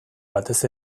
batez